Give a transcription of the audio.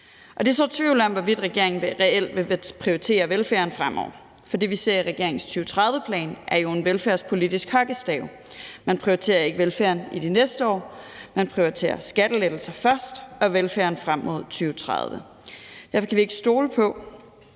det sår tvivl om, hvorvidt regeringen reelt vil prioritere velfærden fremover, for det, vi ser i regeringens 2030-plan, er jo en velfærdspolitisk hockeystav. Man prioriterer ikke velfærden i de næste år; man prioriterer skattelettelser først og velfærden frem mod 2030. Derfor kan vi ikke stole på,